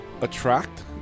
attract